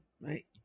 right